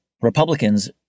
Republicans